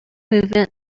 movement